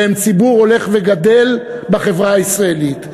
והם ציבור הולך וגדל בחברה הישראלית.